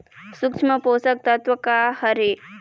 सूक्ष्म पोषक तत्व का हर हे?